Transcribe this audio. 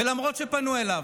ולמרות שפנו אליו,